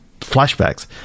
flashbacks